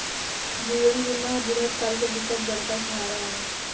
जीवन बीमा ह बुढ़त काल के बिकट बड़का सहारा आय